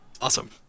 Awesome